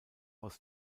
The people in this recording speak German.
aus